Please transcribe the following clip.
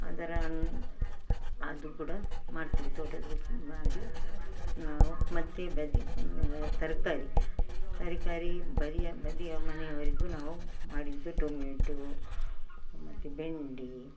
ಅದರ ಅದು ಕೂಡಾ ಮಾಡ್ತೇವೆ ತೋಟದ ಮಾಡಿ ನಾವು ಮತ್ತೆ ಬದಿ ತರಕಾರಿ ತರಕಾರಿ ಬರಿಯ ಬದಿಯ ಮನೆಯವರಿಗೂ ನಾವು ಮಾಡಿದ್ದು ಟೊಮೆಟೋ ಮತ್ತು ಬೆಂಡೆ